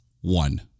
One